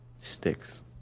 Sticks